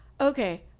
Okay